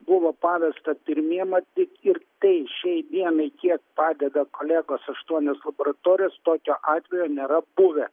buvo pavesta pirmiem atlikt ir tai šiai dienai kiek padeda kolegos aštuonios laboratorijos tokio atvejo nėra buvę